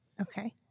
Okay